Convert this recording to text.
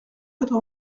quatre